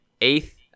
eighth